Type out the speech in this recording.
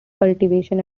cultivation